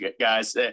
guys